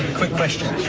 quick question,